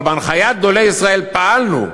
אבל בהנחיית גדולי ישראל פעלנו,